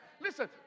Listen